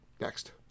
next